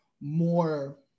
more